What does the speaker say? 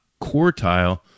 quartile